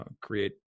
create